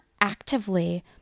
actively